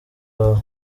wawe